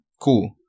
cool